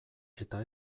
eta